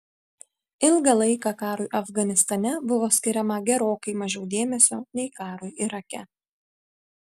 ilgą laiką karui afganistane buvo skiriama gerokai mažiau dėmesio nei karui irake